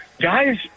guys